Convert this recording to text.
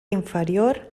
inferior